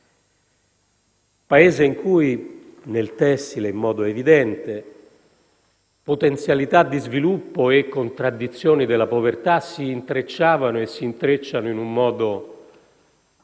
Paese in cui, nel tessile in modo evidente, potenzialità di sviluppo e contraddizioni della povertà si intrecciavano e si intrecciano in modo drammatico.